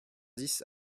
dix